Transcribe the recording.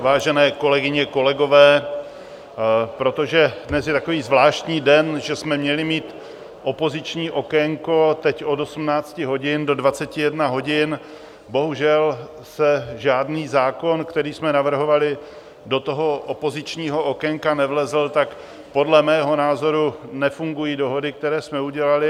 Vážené kolegyně, kolegové, protože dnes je takový zvláštní den, že jsme měli mít opoziční okénko teď od 18 do 21 hodin, bohužel se žádný zákon, který jsme navrhovali, do toho opozičního okénka nevlezl, tak podle mého názoru nefungují dohody, které jsme udělali.